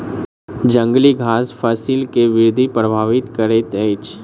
जंगली घास फसिल के वृद्धि प्रभावित करैत अछि